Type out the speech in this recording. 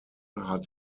hat